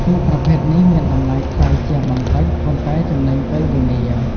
ទូកប្រភេទនេះមានតម្លៃថ្លៃជាងបន្តិច ប៉ុន្តែចំណេញពេលវេលា។